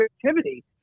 creativity